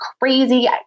crazy